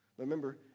Remember